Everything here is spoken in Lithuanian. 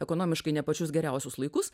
ekonomiškai ne pačius geriausius laikus